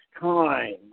time